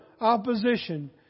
opposition